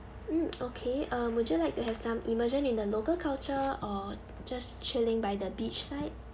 mm okay um would you like to have some immersion in the local culture or just chilling by the beach side